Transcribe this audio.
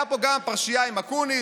הייתה פה גם פרשייה עם אקוניס,